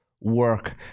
work